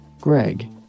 Greg